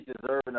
deserving